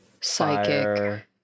Psychic